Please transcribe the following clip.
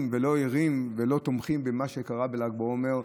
ולא ערים ולא תומכים במה שקרה בל"ג בעומר,